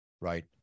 right